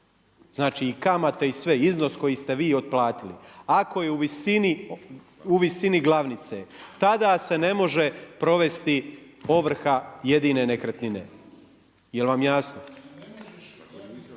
znači i kamate i sve, iznos koji ste vi otplatili ako je u visini glavnice tada se ne može provesti ovrha jedine nekretnine. Je li vam jasno?